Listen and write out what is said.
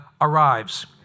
arrives